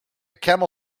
camel